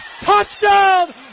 touchdown